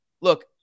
look